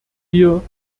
wir